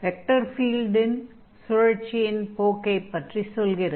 vector ஃபீல்டின் சுழற்சியின் போக்கைப் பற்றி சொல்கிறது